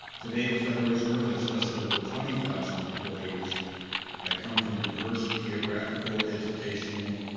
today the federal reserve has just over twenty thousand employees that come from diverse geographical, educational,